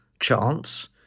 chance